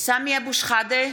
סמי אבו שחאדה,